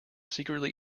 secretly